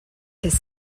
his